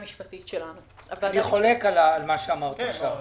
אני חולק על מה שאמרת עכשיו.